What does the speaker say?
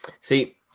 See